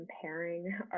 comparing